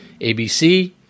ABC